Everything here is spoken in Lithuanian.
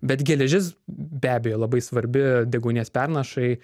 bet geležis be abejo labai svarbi deguonies pernašai